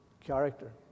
character